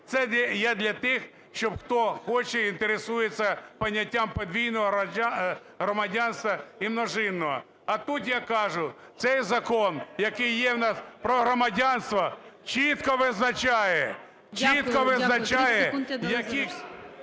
Це є для тих, щоб хто хоче, інтересується поняттям подвійного громадянства і множинного. А тут я кажу, цей закон, який є в нас про громадянство, чітко визначає, чітко визначає, які…